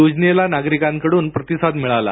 योजनेला नागरिकांकडून प्रतिसाद मिळाला